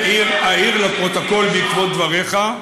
אעיר לפרוטוקול בעקבות דבריך: